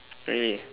really